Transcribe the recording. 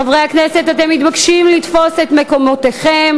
חברי הכנסת, אתם מתבקשים לתפוס את מקומותיכם.